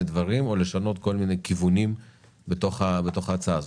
דברים או לשנות כל מיני כיוונים בתוך ההצעה הזאת,